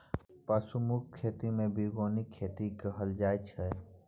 पशु मुक्त खेती केँ बीगेनिक खेती कहल जाइ छै